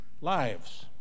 lives